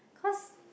cause